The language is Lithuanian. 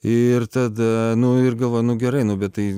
ir tada nu ir galvoju nu gerai nu bet tai